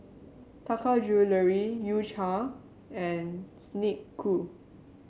Taka Jewelry U Cha and Snek Ku